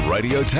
Radio